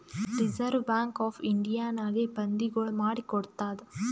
reserve Bank of ಇಂಡಿಯಾನಾಗೆ ಬಂದಿಗೊಳ್ ಮಾಡಿ ಕೊಡ್ತಾದ್